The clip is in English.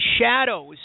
shadows